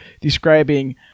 describing